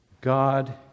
God